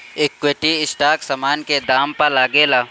equity stock समान के दाम पअ लागेला